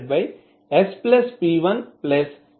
knspnఅవుతుంది